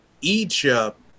Egypt